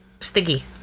Sticky